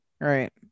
right